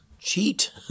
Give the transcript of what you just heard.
Cheat